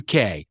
UK